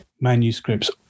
manuscripts